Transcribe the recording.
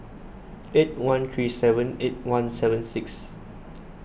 eight one three seven eight one seven six